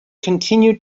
continued